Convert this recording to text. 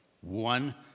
One